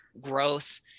growth